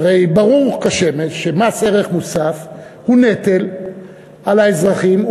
שהרי ברור כשמש שמס ערך מוסף הוא נטל על האזרחים,